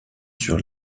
sur